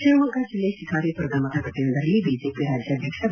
ಶಿವಮೊಗ್ಗ ಜಿಲ್ಲೆ ಶಿಕಾರಿಪುರದ ಮತಗಟ್ಟೆಯೊಂದರಲ್ಲಿ ಬಿಜೆಪಿ ರಾಜ್ಯಾಧ್ಯಕ್ಷ ಬಿ